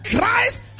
Christ